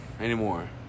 anymore